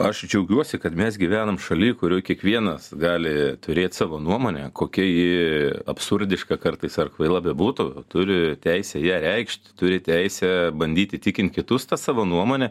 aš džiaugiuosi kad mes gyvenam šaly kurioj kiekvienas gali turėt savo nuomonę kokia ji absurdiška kartais ar kvaila bebūtų turi teisę ją reikšti turi teisę bandyti įtikinti kitus savo nuomone